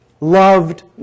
loved